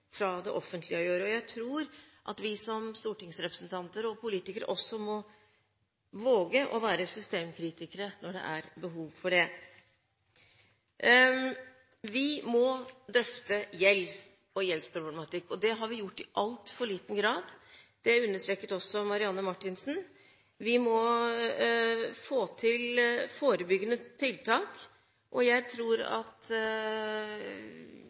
fra det offentlige å gjøre. Jeg tror at vi som stortingsrepresentanter og politikere også må våge å være systemkritikere når det er behov for det. Vi må drøfte gjeld og gjeldsproblematikk. Det har vi gjort i altfor liten grad. Det understreket også Marianne Marthinsen. Vi må få til forebyggende tiltak, og jeg vil understreke at